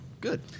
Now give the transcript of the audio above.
Good